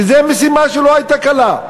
זו משימה שלא הייתה קלה,